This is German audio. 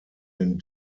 den